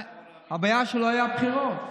הבעיה היא שהיו בחירות,